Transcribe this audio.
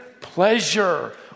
pleasure